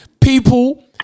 People